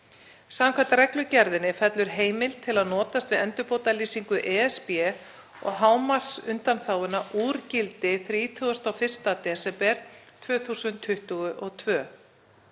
Samkvæmt reglugerðinni fellur heimild til að notast við endurbótalýsingu ESB og hámarksundanþáguna úr gildi 31. desember 2022.